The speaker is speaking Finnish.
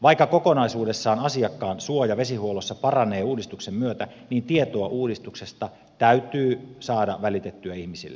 vaikka kokonaisuudessaan asiakkaan suoja vesihuollossa paranee uudistuksen myötä niin tietoa uudistuksesta täytyy saada välitettyä ihmisille